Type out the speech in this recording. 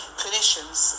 clinicians